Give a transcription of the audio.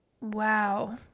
Wow